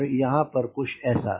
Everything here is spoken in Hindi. और यहां पर कुछ ऐसा